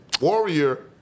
Warrior